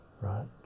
right